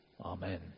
Amen